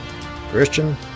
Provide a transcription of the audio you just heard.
Christian